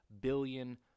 billion